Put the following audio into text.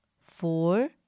four